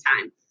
time